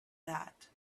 that